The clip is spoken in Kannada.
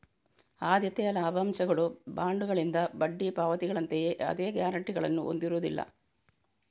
ಆದ್ಯತೆಯ ಲಾಭಾಂಶಗಳು ಬಾಂಡುಗಳಿಂದ ಬಡ್ಡಿ ಪಾವತಿಗಳಂತೆಯೇ ಅದೇ ಗ್ಯಾರಂಟಿಗಳನ್ನು ಹೊಂದಿರುವುದಿಲ್ಲ